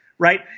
Right